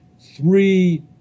three